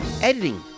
Editing